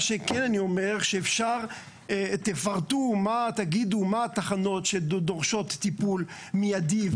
אני אומר שתגידו מה התחנות שדורשות טיפול מיידי.